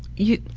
you,